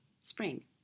spring